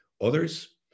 others